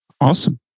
Awesome